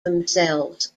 themselves